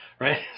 Right